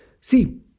See